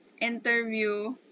interview